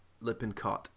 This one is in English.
Lippincott